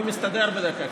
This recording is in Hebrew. אני מסתדר בדרך כלל,